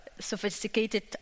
sophisticated